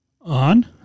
On